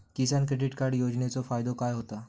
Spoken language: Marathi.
किसान क्रेडिट कार्ड योजनेचो फायदो काय होता?